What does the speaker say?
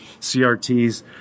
CRTs